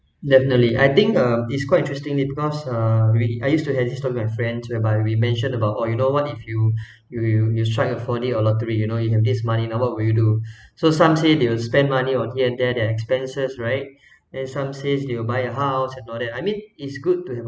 definitely I think uh it's quite interestingly because uh I I used to have this talk with my friends whereby we mentioned about oh you know what if you you you you strike a four D or lottery you know you have this money now what will you do so some say they will spend money on here and there their expenses right and some says they will buy a house and all that I mean it's good to have